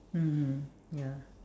mmhmm ya